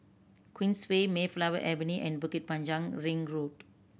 Queensway Mayflower Avenue and Bukit Panjang Ring Road